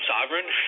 Sovereign